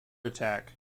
attack